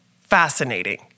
fascinating